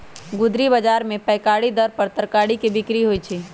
गुदरी बजार में पैकारी दर पर तरकारी के बिक्रि होइ छइ